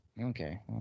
Okay